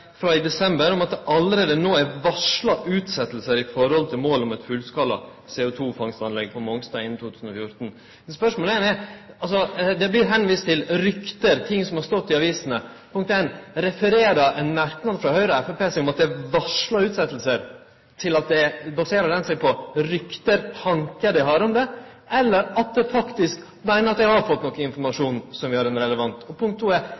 frå desember som Høgre òg var med på, om at det allereie no er varsla utsetjing i høve til målet om eit fullskala CO2-fangstanlegg på Mongstad innan 2014. Det blir vist til rykte – ting som har stått i avisene. Punkt 1: Ein merknad frå Høgre og Framstegspartiet om at det er varsla utsetjingar, baserer seg på rykte og tankar dei har om det? Eller meiner ein faktisk at ein har fått nok informasjon som gjer den relevant? Punkt